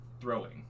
throwing